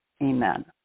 Amen